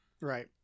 Right